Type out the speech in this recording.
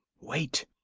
wait!